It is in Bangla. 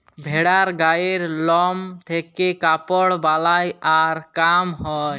ভেড়ার গায়ের লম থেক্যে কাপড় বালাই আর কাম হ্যয়